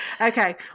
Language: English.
Okay